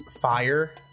fire